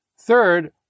Third